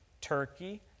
Turkey